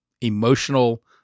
emotional